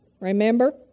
remember